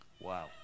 wow